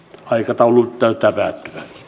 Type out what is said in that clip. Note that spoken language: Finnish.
aikataulu tältä